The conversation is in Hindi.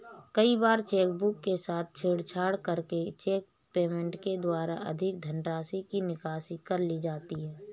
कई बार चेकबुक के साथ छेड़छाड़ करके चेक पेमेंट के द्वारा अधिक धनराशि की निकासी कर ली जाती है